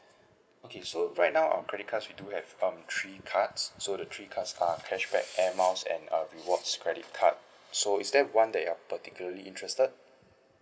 okay so right now our credit cards we do have um three cards so the three cards are cashback Air Miles and a rewards credit card so is there one that you are particularly interested